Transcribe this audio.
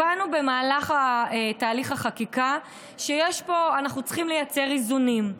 הבנו במהלך תהליך החקיקה שאנחנו צריכים לייצר איזונים,